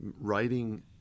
writing